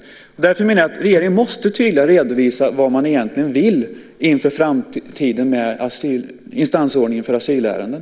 Jag menar därför att regeringen tydligare måste redovisa vad den egentligen vill inför framtiden med instansordningen för asylärenden.